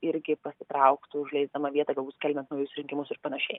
irgi pasitrauktų užleisdama vietą galbūt skelbiant naujus rinkimus ir panašiai